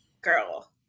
girl